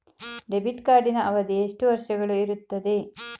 Debit ಕಾರ್ಡಿನ ಅವಧಿ ಎಷ್ಟು ವರ್ಷಗಳು ಇರುತ್ತದೆ?